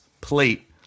plate